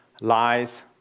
lies